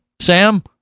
Sam